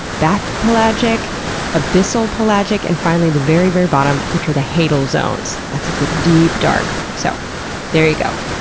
bathypelagic, abyssopelagic, and finally the very, very bottom which are the hadal zones. that's like the deep dark. so there you go.